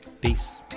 peace